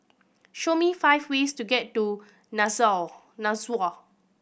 show me five ways to get to Nassau